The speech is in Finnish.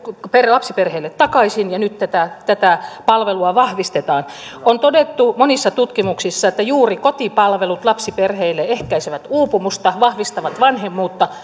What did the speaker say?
lapsiperheille takaisin ja nyt tätä tätä palvelua vahvistetaan on todettu monissa tutkimuksissa että juuri kotipalvelut lapsiperheille ehkäisevät uupumusta vahvistavat vanhemmuutta